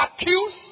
accuse